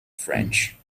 french